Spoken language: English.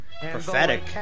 Prophetic